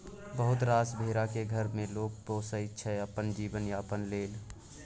बहुत रास भेरा केँ घर मे लोक पोसय छै अपन जीबन यापन लेल